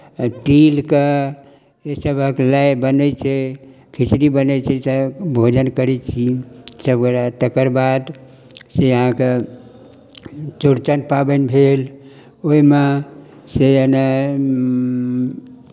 तिलके ईसभके लाइ बनै छै खिचड़ी बनै छै चाहे भोजन करै छी सभगोटे तकर बादसँ अहाँके चौड़चन पाबनि भेल ओहिमे सँ एना